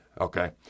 Okay